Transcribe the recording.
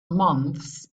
months